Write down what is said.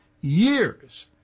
years